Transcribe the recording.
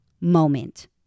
moment